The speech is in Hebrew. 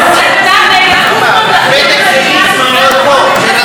אחר כך את מוחה שראש הממשלה מסית.